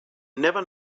never